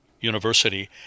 university